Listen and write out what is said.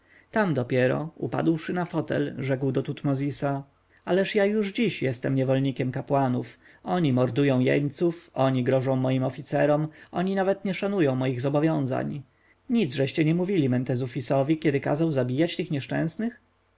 tam dopiero upadłszy na fotel rzekł do tutmozisa ależ ja już dziś jestem niewolnikiem kapłanów oni mordują jeńców oni grożą moim oficerom oni nawet nie szanują moich zobowiązań nicżeście nie mówili mentezufisowi kiedy kazał zabijać tych nieszczęsnych